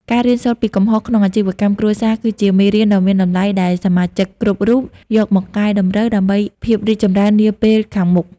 ការរៀនសូត្រពីកំហុសក្នុងអាជីវកម្មគ្រួសារ គឺជាមេរៀនដ៏មានតម្លៃដែលសមាជិកគ្រប់រូបយកមកកែតម្រូវដើម្បីភាពរីកចម្រើននាពេលខាងមុខ។